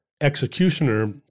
executioner